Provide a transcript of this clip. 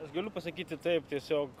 aš galiu pasakyti taip tiesiog